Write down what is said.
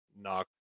knock